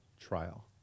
trial